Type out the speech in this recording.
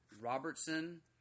Robertson